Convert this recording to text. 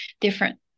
different